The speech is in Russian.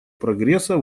прогресса